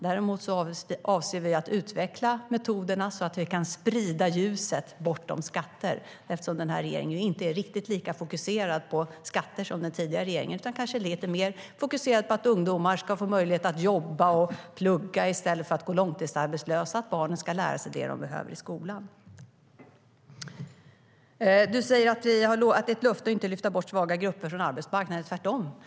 Däremot avser vi att utveckla metoderna så att vi kan sprida ljuset bortom skatter, eftersom den här regeringen inte är riktigt lika fokuserad på skatter som den tidigare regeringen var. Denna regering är kanske lite mer fokuserad på att ungdomar ska få möjlighet att jobba och plugga i stället för att gå långtidsarbetslösa och att barnen ska lära sig det de behöver i skolan. Du säger att det är ett löfte att inte lyfta bort svaga grupper från arbetsmarknaden, Jonas Jacobsson Gjörtler.